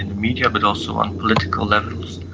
and media but also on political levels,